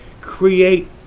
create